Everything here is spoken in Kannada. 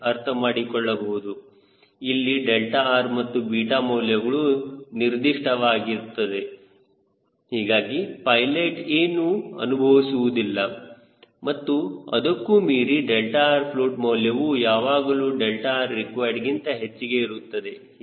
ಅರ್ಥಮಾಡಿಕೊಳ್ಳಬಹುದು ಇಲ್ಲಿ 𝛿 ಮತ್ತು 𝛽 ಮೌಲ್ಯಗಳು ನಿರ್ದಿಷ್ಟವಾಗುತ್ತದೆ ಹೀಗಾಗಿ ಪೈಲೆಟ್ ಏನು ಅನುಭವಿಸುವುದಿಲ್ಲ ಮತ್ತು ಅದಕ್ಕೂ ಮೀರಿ 𝛿rfloat ಮೌಲ್ಯವು ಯಾವಾಗಲೂ 𝛿rrequiredಗಿಂತ ಹೆಚ್ಚಿಗೆ ಇರುತ್ತದೆ